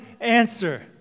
answer